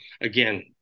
again